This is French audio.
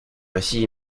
récits